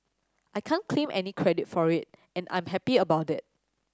I can't claim any credit for it and I'm happy about that